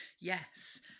Yes